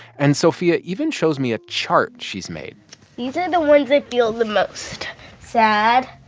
and sophia even shows me a chart she's made these are the ones i feel the most sad,